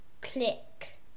Click